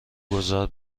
گذار